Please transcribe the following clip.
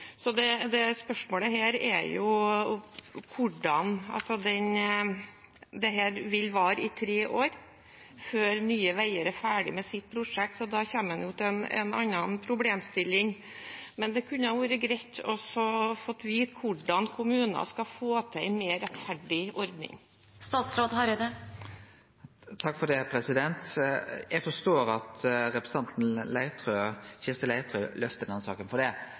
vil vare i tre år, før Nye Veier er ferdig med sitt prosjekt, så da kommer en jo til en annen problemstilling. Men det kunne være greit å få vite hvordan kommunen skal få til en mer rettferdig ordning. Eg forstår at representanten Kirsti Leirtrø løftar denne saka, for me som har vore der, veit at dette er ei problematisk sak. Så er det fleire vilkår. For det første tenkte Statens vegvesen at bomplasseringa skulle vere annleis enn det